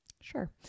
Sure